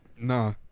Nah